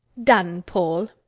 done, paul.